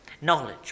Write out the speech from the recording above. knowledge